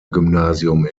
gymnasium